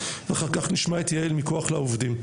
אחר כך נשמע את יעל מכוח לעובדים.